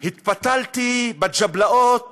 התפתלתי בג'בלאות